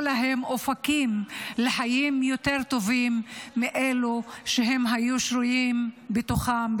להם אופקים לחיים יותר טובים מאלו שהם היו שרויים בתוכם,